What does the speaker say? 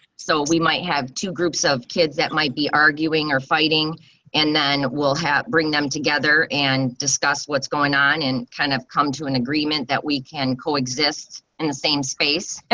so we might have two groups of kids that might be arguing or fighting and then we'll have bring them together and discuss what's going on and kind of come to an agreement that we can coexist in the same space,